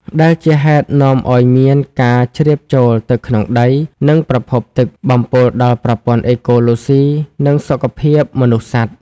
ដែលជាហេតុនាំអោយមាន ការជ្រាបចូលទៅក្នុងដី និងប្រភពទឹក បំពុលដល់ប្រព័ន្ធអេកូឡូស៊ី និងសុខភាពមនុស្សសត្វ។